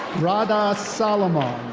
rada salomon.